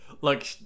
look